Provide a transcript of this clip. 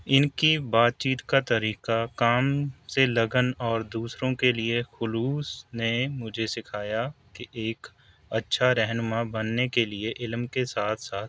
ان کی بات چیت کا طریقہ کام سے لگن اور دوسروں کے لیے خلوص نے مجھے سکھایا کہ ایک اچھا رہنما بننے کے لیے علم کے ساتھ ساتھ